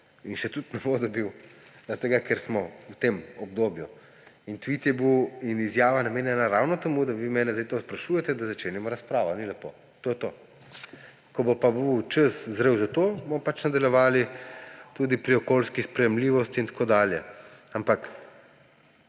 in še tudi ne bo dobil, ker smo v tem obdobju. Tvit in izjava sta bila namenjena ravno temu, da vi mene sedaj to sprašujete, da začenjamo razpravo. Ali ni lepo? To je to. Ko pa bo čas zrel za to, bomo pač nadaljevali tudi pri okoljski sprejemljivosti in tako dalje, ampak